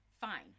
fine